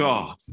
God